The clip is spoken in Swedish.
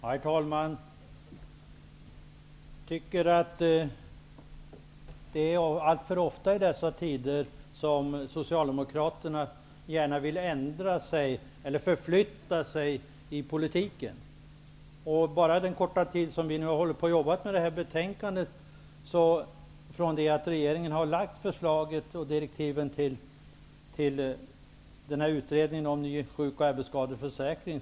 Herr talman! Jag tycker att Socialdemokraterna nu för tiden alltför ofta ändrar sin position i politiken. Så har t.ex. skett bara på den korta tid som vi har arbetat med detta betänkande, sedan regeringen utfärdade direktiven till utredningen om ny sjukoch arbetsskadeförsäkring.